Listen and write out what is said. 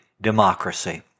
democracy